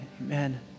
Amen